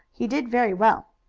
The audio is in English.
he did very well.